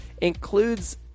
includes